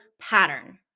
pattern